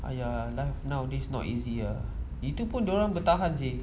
!aiya! life nowadays not easy ah itu pun dia orang bertahan sia